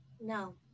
No